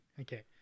Okay